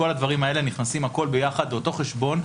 כל הדברים האלה נכנסים ביחד לאותו חשבון,